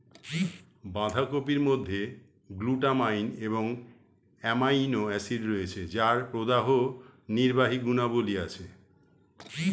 বাঁধাকপির মধ্যে গ্লুটামাইন এবং অ্যামাইনো অ্যাসিড রয়েছে যার প্রদাহনির্বাহী গুণাবলী আছে